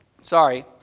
Sorry